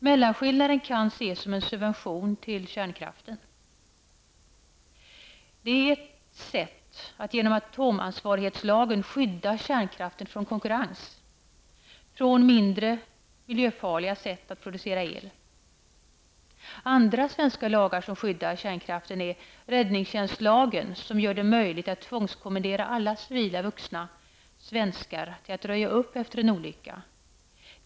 Mellanskillnaden kan ses som en subvention till kärnkraften Atomansvarighetslagen är ett sätt att skydda kärnkraften från konkurrens från mindre miljöfarliga sätt att producera el. En annan svensk lag som skyddar kärnkraften är räddningstjänstlagen, som gör det möjligt att tvångskommendera alla civila vuxna svenskar att röja upp efter en olycka.